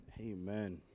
Amen